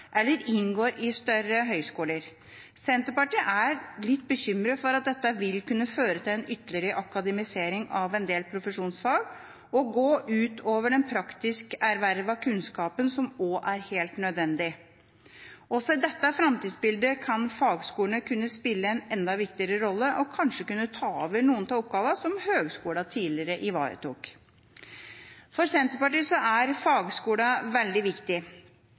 eller inngår i større høyskoler. Senterpartiet er litt bekymret for at dette vil kunne føre til ytterligere akademisering av en del profesjonsfag og gå ut over den praktisk ervervede kunnskapen, som også er helt nødvendig. Også i dette framtidsbildet kan fagskolene spille en enda viktigere rolle og kanskje ta over noen av oppgavene høyskolene tidligere ivaretok. For Senterpartiet er fagskolene veldig